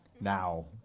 now